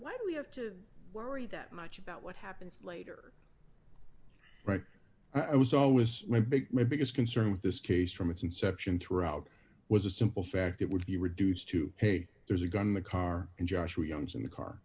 do we have to worry that much about what happens later right i was always my biggest concern with this case from its inception throughout was a simple fact it would be reduced to hey there's a gun in the car and joshua young's in the car